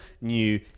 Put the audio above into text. new